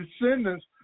descendants